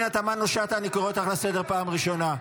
אני קורא אותך לסדר פעם ראשונה,